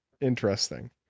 Interesting